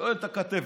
שואלת הכתבת.